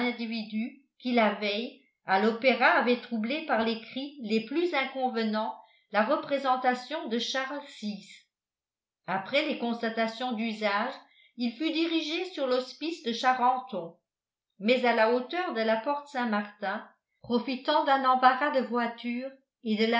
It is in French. qui la veille à l'opéra avait troublé par les cris les plus inconvenants la représentation de charles vi après les constatations d'usage il fut dirigé sur l'hospice de charenton mais à la hauteur de la porte saintmartin profitant d'un embarras de voitures et de